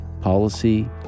Policy